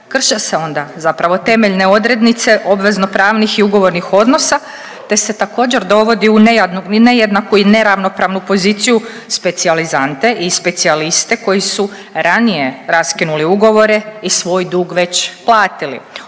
krše se onda zapravo temeljne odrednice obvezno pravnih i ugovornih odnosa te se također dovodi u nejednaku i neravnopravnu poziciju specijalizante i specijaliste koji su ranije raskinuli ugovore i svoj dug već platili